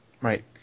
Right